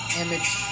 image